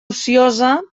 ociosa